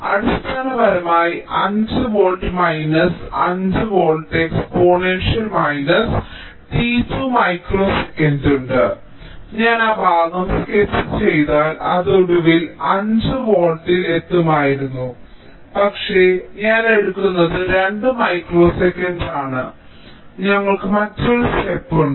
അതിനാൽ അടിസ്ഥാനപരമായി എനിക്ക് 5 volt minus 5 volt exponential minus t 2 micro second ഉണ്ട് ഞാൻ ആ ഭാഗം സ്കെച്ച് ചെയ്താൽ അത് ഒടുവിൽ 5 വോൾട്ടിൽ എത്തുമായിരുന്നു പക്ഷേ ഞാൻ എടുക്കുന്നത് 2 മൈക്രോ സെക്കൻഡ് ആണ് ഞങ്ങൾക്ക് മറ്റൊരു ഘട്ടമുണ്ട്